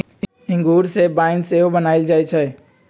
इंगूर से वाइन सेहो बनायल जाइ छइ